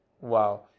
Wow